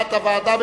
כהצעת הוועדה,